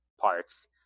parts